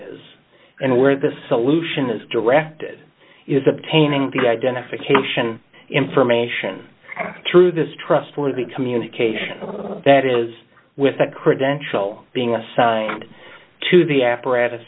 is and where the solution is directed is obtaining the identification information through this trustworthy communication that is with the credential being assigned to the apparatus